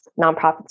nonprofits